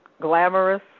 glamorous